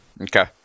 Okay